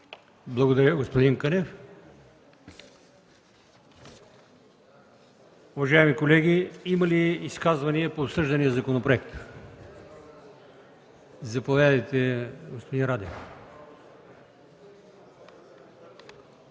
Благодаря, господин Кънев. Уважаеми колеги, има ли изказвания по обсъждания законопроект? Заповядайте, господин Радев.